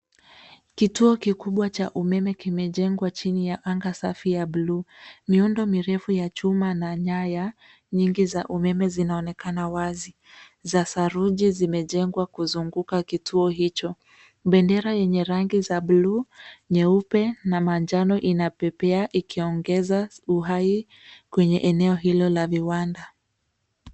Kituo kikubwa cha umeme kimejengwa chini ya anga safi ya blue . Miundo mirefu ya chuma na nyaya nyingi za umeme zinaonekana wazi za saruji zimejengwa kuzunguka kituo hicho. Bendera yenye rangi za blue , nyeupe na manjano, inapepea ikiongeza uhai kwenye eneo hilo la viwanda.